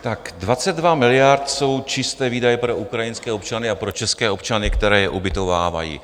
Tak 22 miliard jsou čisté výdaje pro ukrajinské občany a pro české občany, kteří je ubytovávají.